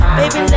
baby